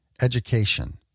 education